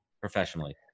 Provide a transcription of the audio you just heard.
professionally